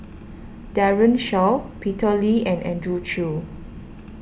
Daren Shiau Peter Lee and Andrew Chew